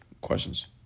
Questions